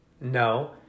No